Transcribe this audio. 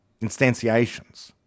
instantiations